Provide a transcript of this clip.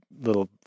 little